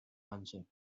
answered